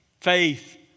faith